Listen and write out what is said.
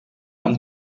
amb